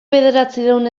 bederatziehun